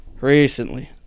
Recently